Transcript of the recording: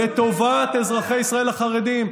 לטובת אזרחי ישראל החרדים.